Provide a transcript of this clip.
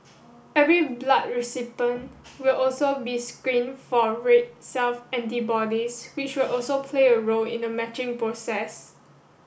every blood recipient will also be screened for red cell antibodies which also play a role in the matching process